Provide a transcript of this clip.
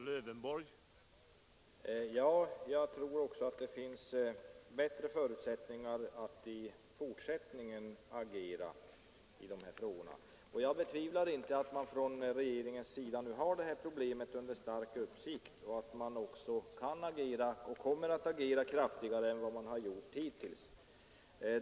Herr talman! Jag tror också att det finns bättre förutsättningar att i fortsättningen agera i denna fråga. Jag betvivlar inte att regeringen har problemet under noggrann uppsikt och att man kan agera och också kommer att agera kraftigare i fortsättningen än vad man har gjort hittills.